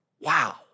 Wow